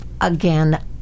Again